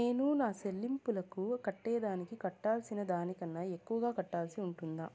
నేను నా సెల్లింపులకు కట్టేదానికి కట్టాల్సిన దానికన్నా ఎక్కువగా కట్టాల్సి ఉంటుందా?